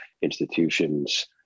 institutions